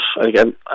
again